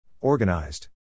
Organized